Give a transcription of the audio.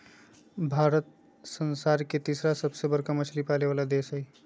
भारत संसार के तिसरा सबसे बडका मछली पाले वाला देश हइ